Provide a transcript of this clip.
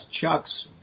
Chuck's